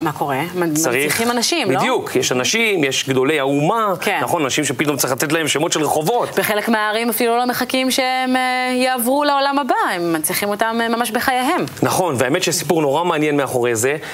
מה קורה? מנציחים אנשים, לא? בדיוק, יש אנשים, יש גדולי האומה נכון, אנשים שפתאום צריך לתת להם שמות של רחובות וחלק מהערים אפילו לא מחכים שהם יעברו לעולם הבא הם מנציחים אותם ממש בחייהם נכון, והאמת שסיפור נורא מעניין מאחורי זה